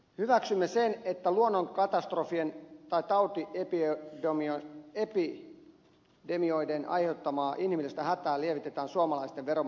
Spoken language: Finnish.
hyväksymme sen että luonnonkatastrofien tai tautiepidemioiden aiheuttamaa inhimillistä hätää lievitetään suomalaisten veronmaksajien rahalla